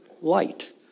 light